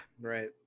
Right